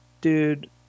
dude